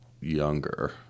younger